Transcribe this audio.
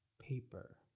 paper